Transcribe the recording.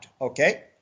okay